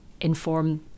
inform